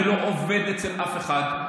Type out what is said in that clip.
אני לא עובד אצל אף אחד.